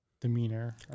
demeanor